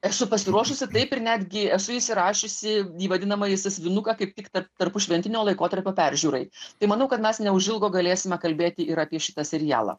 esu pasiruošusi taip ir netgi esu įsirašiusi į vadinamąjį sąsiuvinuką kaip tik tarp tarpušventinio laikotarpio peržiūrai tai manau kad mes neužilgo galėsime kalbėti ir apie šitą serialą